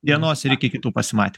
dienos ir iki kitų pasimatymų